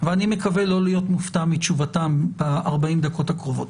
ואני מקווה לא להיות מופתע מתשובתם ב-40 הדקות הקרובות.